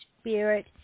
Spirit